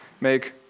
make